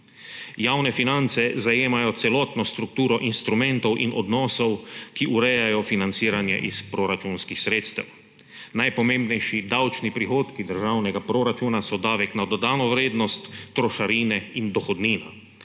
Javne finance zajemajo celotno strukturo instrumentov in odnosov, ki urejajo financiranje iz proračunskih sredstev. Najpomembnejši davčni prihodki državnega proračuna so davek na dodano vrednost, trošarine in dohodnina.